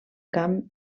camp